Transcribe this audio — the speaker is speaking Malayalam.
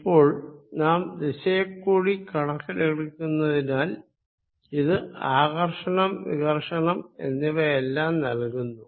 ഇപ്പോൾ നാം ദിശയെക്കൂടി കണക്കിലെടുക്കുന്നതിനാൽ ഇത് ആകർഷണം വികർഷണം എന്നിവയെല്ലാം നൽകുന്നു